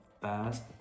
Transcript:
fast